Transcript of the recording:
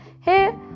Hey